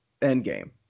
Endgame